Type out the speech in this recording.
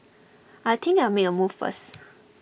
I think I make a move first